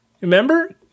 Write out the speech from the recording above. Remember